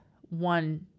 one